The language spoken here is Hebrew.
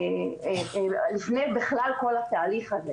ועוד לפני כל התהליך הזה.